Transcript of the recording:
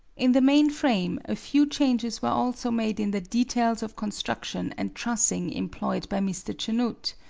in the main frame a few changes were also made in the details of construction and trussing employed by mr. chanute.